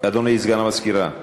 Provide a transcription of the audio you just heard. סגן המזכירה,